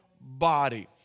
body